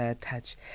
touch